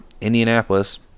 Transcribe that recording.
Indianapolis